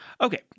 Okay